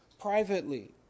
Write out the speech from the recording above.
privately